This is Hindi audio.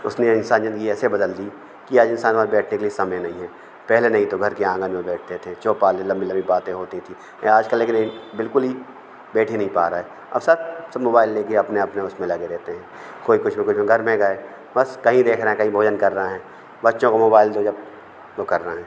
उसने इंसानी ज़िंदगी ऐसे बदल दी कि आज इंसान के पास बैठने के लिए समय नहीं है पहले नहीं तो घर के आँगन में बैठते थे चौपालें लंबी लंबी बातें होती थी यहाँ आज कल लेकिन यह बिल्कुल ही बैठ ही नहीं पा रहा है और सब सब मोबाइल लेकर अपने अपने उसमें लगे रहते हैं कोई कुछ ना कुछ घर में गए बस कहीं देखना है कहीं भोजन करना है बच्चों को मोबाइल दो जब वह कर रहे हैं